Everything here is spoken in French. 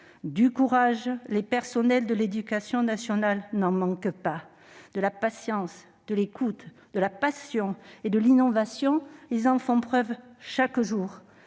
Du courage, les personnels de l'éducation nationale n'en manquent pas ! De la patience, de l'écoute, de la passion et de l'innovation, ils en font preuve chaque jour